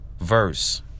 verse